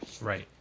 Right